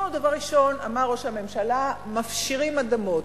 דבר ראשון, אמר ראש הממשלה, מפשירים אדמות.